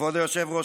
כבוד היושב-ראש,